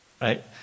right